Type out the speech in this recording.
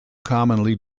commonly